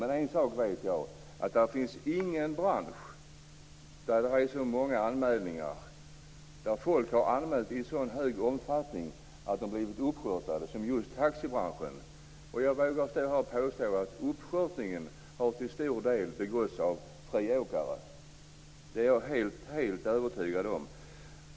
Men jag vet att det inte finns någon bransch där folk i så stor omfattning har anmält att de har blivit uppskörtade som just i taxibranschen. Jag vågar påstå att uppskörtningen till stor del har begåtts av friåkare. Det är jag helt övertygad om.